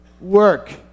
work